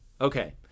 Okay